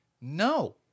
no